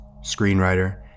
screenwriter